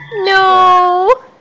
No